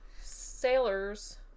sailors